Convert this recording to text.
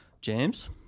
James